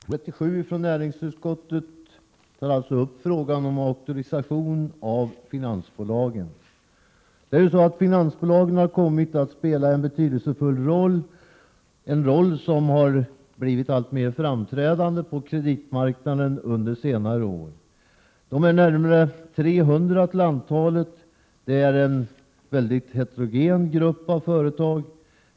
Herr talman! I betänkande nr 137 från näringsutskottet tas alltså frågan om auktorisation av finansbolagen upp. Finansbolagen har kommit att spela en betydelsefull roll, en roll som har blivit alltmer framträdande på kreditmarknaden under senare år. Antalet bolag är närmare 300. Gruppen är mycket heterogen.